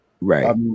Right